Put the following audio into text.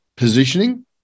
positioning